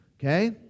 okay